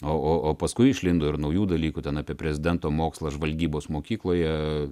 o o paskui išlindo ir naujų dalykų ten apie prezidento mokslą žvalgybos mokykloje